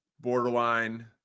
borderline –